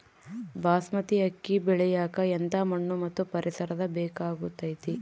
ಬಾಸ್ಮತಿ ಅಕ್ಕಿ ಬೆಳಿಯಕ ಎಂಥ ಮಣ್ಣು ಮತ್ತು ಪರಿಸರದ ಬೇಕಾಗುತೈತೆ?